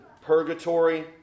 Purgatory